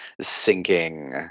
sinking